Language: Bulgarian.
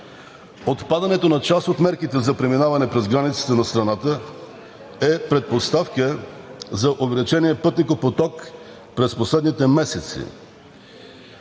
Отпадането на част от мерките за преминаване през границите на страната е предпоставка за увеличения пътникопоток през последните месеци.